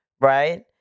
right